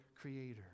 creator